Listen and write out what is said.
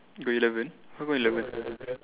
got eleven how come eleven